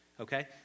okay